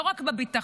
לא רק בביטחון.